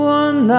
one